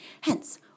Hence